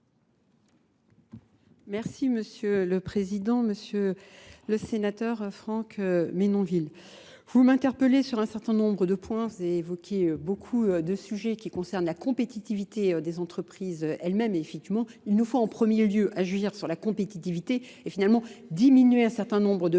Merci Monsieur le Président, Monsieur le Sénateur, Franck Ménonville. Vous m'interpellez sur un certain nombre de points. Vous avez évoqué beaucoup de sujets qui concernent la compétitivité des entreprises elles-mêmes. Effectivement, il nous faut en premier lieu agir sur la compétitivité et finalement diminuer un certain nombre de charges